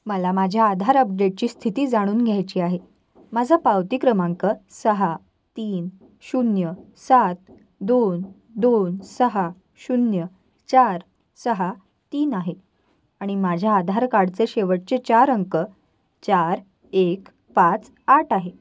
मला माझ्या आधार अपडेटची स्थिती जाणून घ्यायची आहे माझा पावती क्रमांक सहा तीन शून्य सात दोन दोन सहा शून्य चार सहा तीन आहे आणि माझ्या आधार कार्डचे शेवटचे चार अंक चार एक पाच आठ आहे